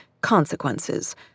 consequences